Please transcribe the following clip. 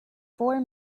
four